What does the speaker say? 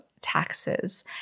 taxes